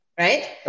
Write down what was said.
right